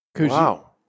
Wow